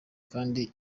kandi